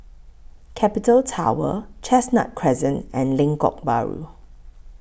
Capital Tower Chestnut Crescent and Lengkok Bahru